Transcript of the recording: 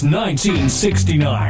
1969